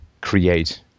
create